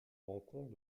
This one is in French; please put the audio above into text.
rencontre